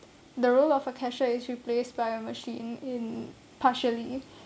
the role of a cashier is replaced by a machine in partially